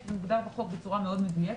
זה מוגדר בחוק בצורה מאוד מדויקת.